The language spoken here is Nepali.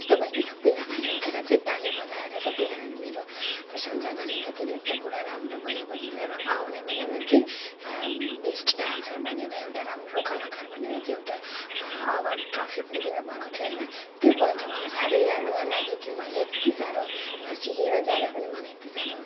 यस्तो भयो कि सबैजनाले उठेर चाहिँ ताली बजाएर सबैजनाले मेरो प्रशंसा गरेर कि नृत्य पुरा राम्रो भयो भनीकन र म आउने बेलामा चाहिँ बेस्ट डान्सर भनेर एउटा राम्रो कलाकार भनेर चाहिँ एउटा अवार्ड ट्रफी पनि दिनु भएको थियो होइन त्यो पल चाहिँ मलाई साह्रै यादगार लाग्यो कि मैले यति साह्रो नसिकेर जाँदा पनि मलाई यति साह्रो